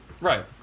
Right